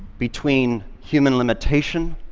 between human limitation